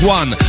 one